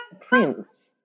Prince